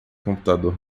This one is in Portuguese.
computador